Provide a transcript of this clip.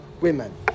women